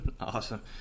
Awesome